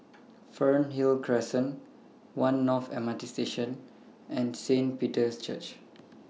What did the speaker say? Fernhill Crescent one North M R T Station and Saint Peter's Church